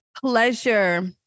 pleasure